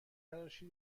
تراشی